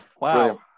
Wow